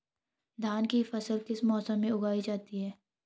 धान की फसल किस मौसम में उगाई जाती है?